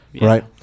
Right